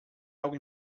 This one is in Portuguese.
algo